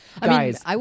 Guys